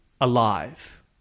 alive